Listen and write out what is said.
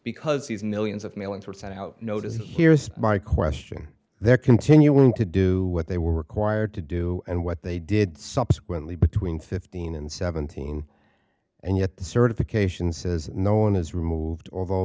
because these millions of mailings were sent out notice here is my question they're continuing to do what they were required to do and what they did subsequently between fifteen and seventeen and yet the certification says no one is removed although